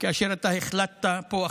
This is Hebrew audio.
כאשר אתה החלטת פה,